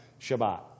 Shabbat